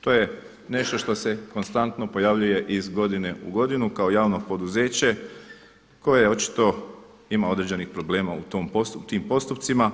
To je nešto što se konstantno pojavljuje iz godine u godinu kao javno poduzeće koje očito ima određenih problema u tim postupcima